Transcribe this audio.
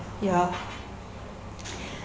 ya